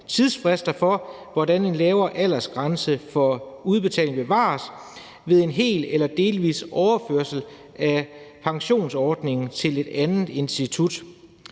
tidsfrister for, hvordan en lavere aldersgrænse for udbetalingen bevares ved en hel eller delvis overførsel af pensionsordningen til et andet institut.